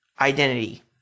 identity